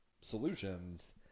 solutions